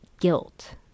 guilt